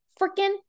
freaking